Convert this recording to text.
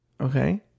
Okay